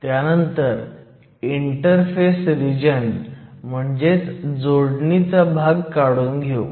त्यानंतर interface region म्हणजेच जोडणीचा भाग काढून घेऊ